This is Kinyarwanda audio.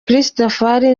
christafari